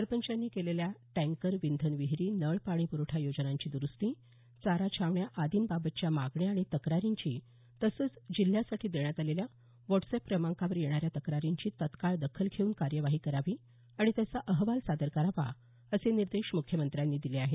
सरपंचांनी केलेल्या टँकर विंधन विहिरी नळपाणी प्रवठा योजनांची दुरुस्ती चारा छावण्या आदींबाबतच्या मागण्या आणि तक्रारींची तसंच जिल्ह्यासाठी देण्यात आलेल्या व्हाट्सअॅप क्रमांकावर येणाऱ्या तक्रारींची तत्काळ दखल घेऊन कार्यवाही करावी आणि त्याचा अहवाल सादर करावा असे निर्देश मुख्यमंत्र्यांनी दिले आहेत